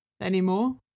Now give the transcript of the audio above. anymore